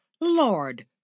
Lord